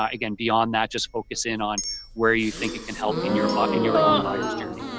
um again, beyond that, just focus in on where you think you can help in your but in your own buyers' journey.